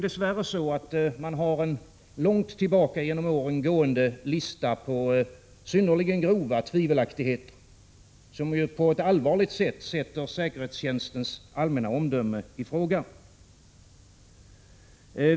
Dess värre har man en långt tillbaka genom åren gående lista på synnerligen grova tvivelaktigheter, som på ett allvarligt sätt sätter säkerhetstjänstens allmänna omdöme i fråga.